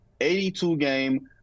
82-game